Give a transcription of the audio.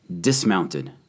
dismounted